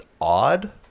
odd